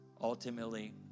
Ultimately